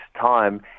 time